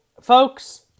folks